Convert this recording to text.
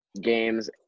games